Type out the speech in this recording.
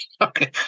Okay